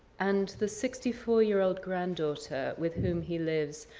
and the sixty four year old granddaughter with whom he lives,